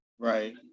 Right